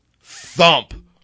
Thump